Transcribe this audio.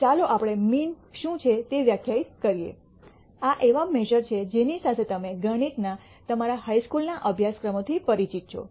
ચાલો આપણે મીન શું છે તે વ્યાખ્યાયિત કરીએ આ એવા મેશ઼ર છે જેની સાથે તમે ગણિતના તમારા હાઇ સ્કૂલના અભ્યાસક્રમોથી પરિચિત છો